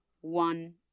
one